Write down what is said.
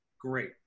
great